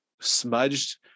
smudged